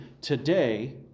today